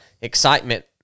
excitement